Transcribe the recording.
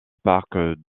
parc